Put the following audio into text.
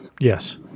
Yes